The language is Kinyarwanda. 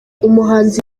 umuhanzi